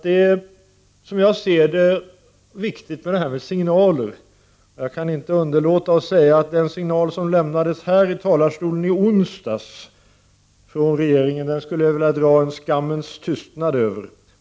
Det är viktigt med signaler. Jag kan inte underlåta att säga att jag vill dra en skammens tystnad över den signal som lämnades här i talarstolen i onsdags från regeringen.